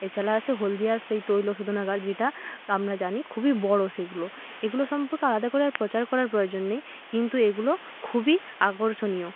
এছাড়া আছে হলদিয়ার সেই তৈল শোধনাগার যেটা আমরা জানি খুবই বড়ো সেগুলো এগুলো সম্পর্কে আলাদা করে আর প্রচার করার প্রয়োজন নেই কিন্তু এগুলো খুবই আকর্ষণীয়